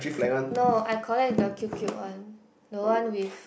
no I collect the cute cute one the one with